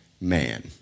man